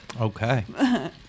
Okay